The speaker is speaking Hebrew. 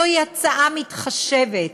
זוהי הצעה מתחשבת,